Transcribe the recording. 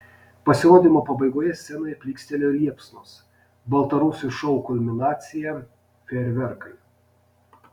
pasirodymo pabaigoje scenoje plykstelėjo liepsnos baltarusių šou kulminacija fejerverkai